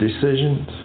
decisions